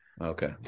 Okay